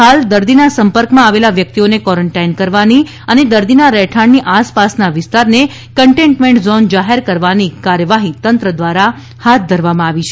હાલ દર્દીના સંપર્કમાં આવેલ વ્યકિતઓને કોરેન્ટાઇન કરવાની અને દર્દીના રહેઠાણની આસપાસના વિસ્તારને કનટેન્મેન્ટ ઝોન જાહેર કરવાની કાર્યવાહી તંત્ર ધ્વારા હાથ ધરવામાં આવી છે